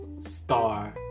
star